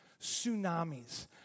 tsunamis